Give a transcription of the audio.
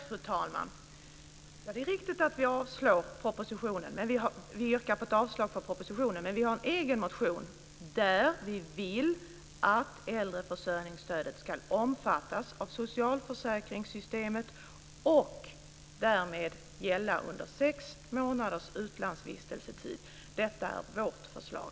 Fru talman! Det är riktigt att vi yrkar avslag på propositionen. Men vi har en egen motion där vi vill att äldreförsörjningsstödet ska omfattas av socialförsäkringssystemet och därmed gälla under sex månaders utlandsvistelsetid. Detta är vårt förslag.